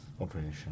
operation